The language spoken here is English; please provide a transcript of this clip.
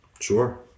sure